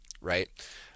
right